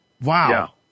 Wow